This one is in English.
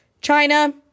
China